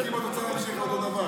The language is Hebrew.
תבדקי אם את רוצה להמשיך את אותו הדבר.